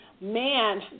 Man